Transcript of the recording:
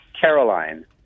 Caroline